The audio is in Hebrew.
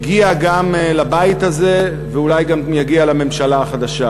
הגיע גם לבית הזה ואולי יגיע גם לממשלה החדשה,